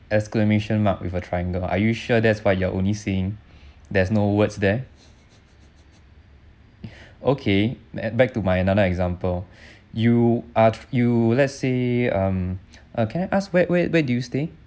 exclamation mark with a triangle are you sure that's what you are only seeing there's no words there okay back to my another example you uh you let say um err can I ask where where where do you stay